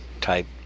type